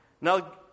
Now